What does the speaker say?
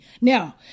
Now